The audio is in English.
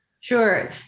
Sure